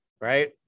right